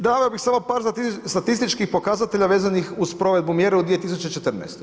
Dao bih samo par statističkih pokazatelja vezanih uz provedbu mjera u 2014.